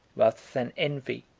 rather than envy,